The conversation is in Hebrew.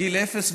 גיל אפס,